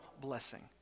blessing